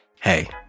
Hey